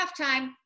halftime